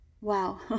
Wow